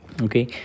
okay